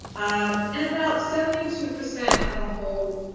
um and about seventy two percent of the whole